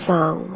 Song